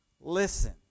listen